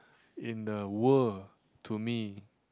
in the world to me